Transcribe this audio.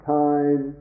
time